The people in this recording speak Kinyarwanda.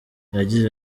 yagize